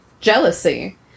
jealousy